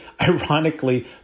ironically